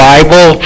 Bible